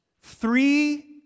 three